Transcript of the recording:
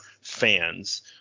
fans